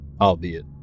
albeit